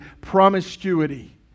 promiscuity